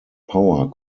power